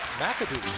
mcadoo.